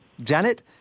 Janet